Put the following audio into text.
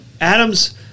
Adams